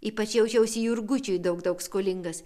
ypač jaučiausi jurgučiui daug daug skolingas